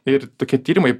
ir tokie tyrimai